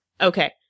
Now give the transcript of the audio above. Okay